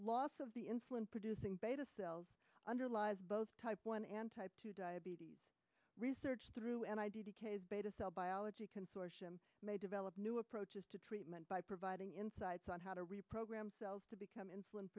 loss of the insulin producing beta cells underlies both type one and type two diabetes research through an idea biology consortium may develop new approaches to treatment by providing insights on how to reprogram cells to become insulin